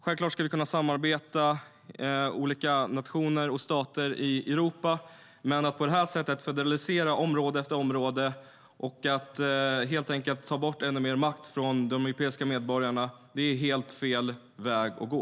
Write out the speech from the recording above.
Självklart ska vi kunna samarbeta olika nationer och stater i Europa, men att på det här sättet federalisera område efter område och helt enkelt ta bort ännu mer makt från de europeiska medborgarna är helt fel väg att gå.